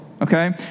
Okay